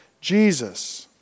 Jesus